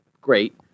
Great